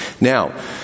Now